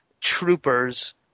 troopers